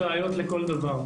בן גביר, צריך ראיות לכל דבר.